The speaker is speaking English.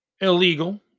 Illegal